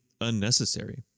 unnecessary